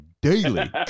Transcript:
Daily